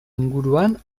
inguruan